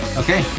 okay